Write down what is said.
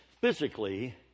physically